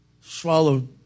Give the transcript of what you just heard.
swallowed